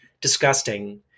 disgusting